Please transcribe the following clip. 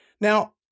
Now